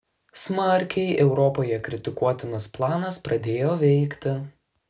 smarkiai europoje kritikuotinas planas pradėjo veikti